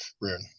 rune